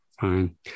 Fine